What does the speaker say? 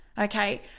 okay